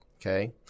Okay